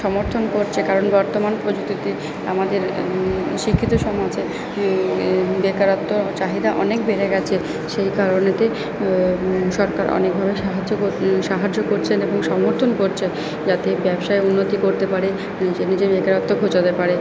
সমর্থন করছে কারণ বর্তমান প্রযুক্তিতে আমাদের শিক্ষিত সমাজে বেকারত্ব চাহিদা অনেক বেড়ে গেছে সেই কারণে সরকার অনেকভাবে সাহায্য কর সাহায্য করছেন এবং সমর্থন করছে যাতে ব্যবসায় উন্নতি করতে পারে নিজের নিজের বেকারত্ব ঘোচাতে পারে